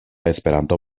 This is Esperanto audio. esperanto